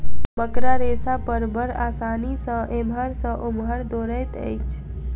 मकड़ा रेशा पर बड़ आसानी सॅ एमहर सॅ ओमहर दौड़ैत अछि